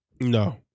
No